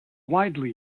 widely